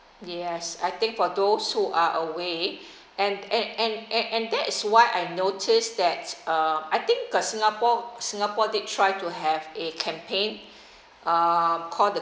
yes I think for those who are away and and and and and that is why I noticed that uh I think because singapore singapore did try to have a campaign uh called the